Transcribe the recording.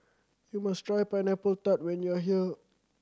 you must try Pineapple Tart when you are here